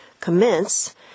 commence